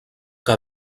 que